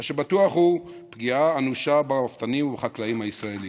מה שבטוח הוא פגיעה אנושה ברפתנים ובחקלאים הישראלים.